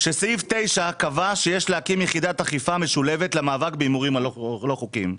שסעיף 9 קבע שיש להקים יחידת אכיפה משולבת למאבק בהימורים הלא חוקיים.